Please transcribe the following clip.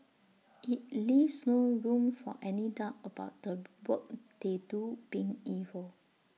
IT leaves no room for any doubt about the work they do being evil